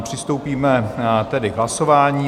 Přistoupíme tedy k hlasování.